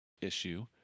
issue